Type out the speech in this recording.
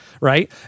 right